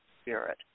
spirit